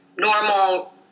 normal